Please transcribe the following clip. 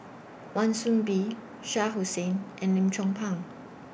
Wan Soon Bee Shah Hussain and Lim Chong Pang